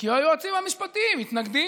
כי היועצים המשפטיים מתנגדים.